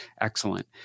excellent